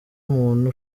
muntu